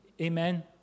Amen